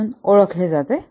म्हणून ओळखले जाते